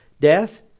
death